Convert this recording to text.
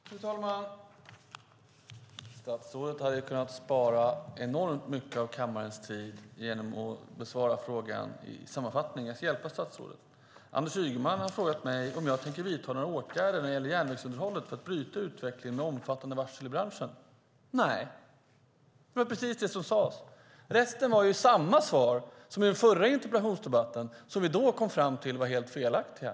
Fru talman! Statsrådet hade kunnat spara enormt mycket av kammarens tid genom att besvara frågan i sammanfattning. Jag ska hjälpa statsrådet: Anders Ygeman har frågat mig om jag tänker vidta några åtgärder när det gäller järnvägsunderhållet för att bryta utvecklingen med omfattande varsel i branschen. Nej. Det var precis detta som sades. Resten var samma svar som i den förra interpellationsdebatten, som vi då kom fram till var helt felaktiga!